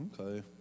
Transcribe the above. Okay